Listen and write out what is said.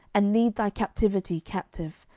and lead thy captivity captive,